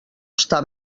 està